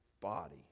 body